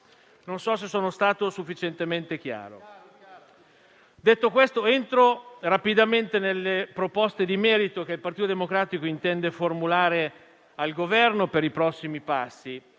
Non so se sono stato sufficientemente chiaro. Detto questo, entro rapidamente nelle proposte di merito che il Partito Democratico intende formulare al Governo per i prossimi passi.